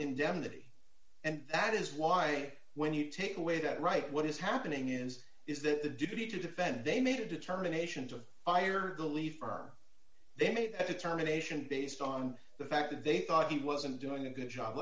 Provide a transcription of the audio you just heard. indemnity and that is why when you take away that right what is happening is is that the duty to defend they made a determination to fire the leaf or they made a determination based on the fact that they thought he wasn't doing a good job